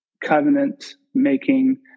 covenant-making